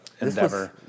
endeavor